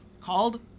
called